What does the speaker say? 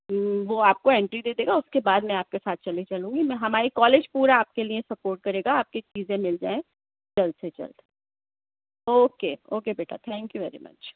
وہ آپ کو انٹری دے دے گا اُس کے بعد میں آپ کے ساتھ چلے چلوں گی میں ہمارے کالج پورا آپ کے لیے سپورٹ کرے گا آپ کی چیزیں مِل جائیں جلد سے جلد اوکے اوکے بیٹا تھینک یو ویری مچ